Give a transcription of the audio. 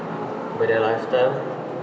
but their lifestyle